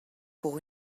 pour